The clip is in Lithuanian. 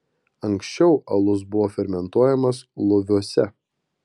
anksčiau alus buvo fermentuojamas loviuose